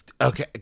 okay